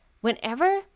whenever